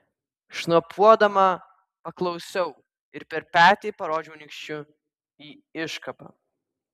šnopuodama paklausiau ir per petį parodžiau nykščiu į iškabą